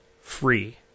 free